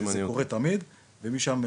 זה קורה תמיד ומשם,